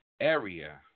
area